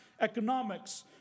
economics